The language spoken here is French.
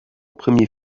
premier